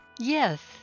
yes